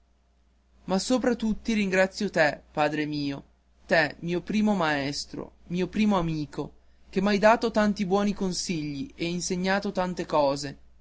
sopra tutti ringrazio te padre mio te mio primo maestro mio primo amico che m'hai dato tanti buoni consigli e insegnato tante cose